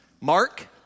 Mark